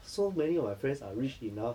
so many of my friends are rich enough